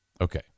Okay